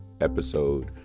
episode